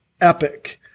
Epic